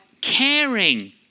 caring